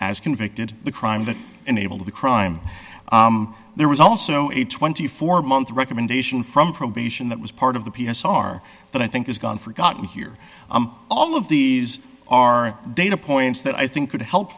as convicted the crime that enabled the crime there was also a twenty four month recommendation from probation that was part of the p s r but i think it's gone forgotten here all of these are data points that i think could help